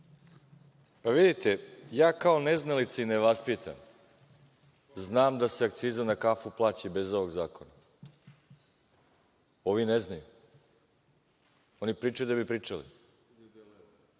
grupe. Vidite, ja kao neznalica i nevaspitan, znam da se akciza na kafu plaća i bez ovog zakona. Ovi ne znaju. Oni pričaju da bi pričali.